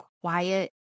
quiet